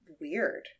weird